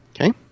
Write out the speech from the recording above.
Okay